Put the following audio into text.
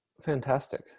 Fantastic